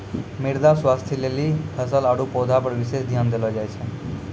मृदा स्वास्थ्य लेली फसल आरु पौधा पर विशेष ध्यान देलो जाय छै